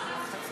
היה.